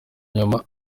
nyuma